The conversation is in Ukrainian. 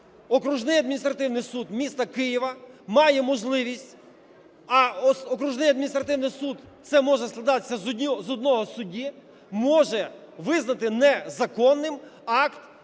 Окружний адміністративний суд міста Києва має можливість (а Окружний адміністративний суд, це може складатися з одного судді) може визнати незаконним акт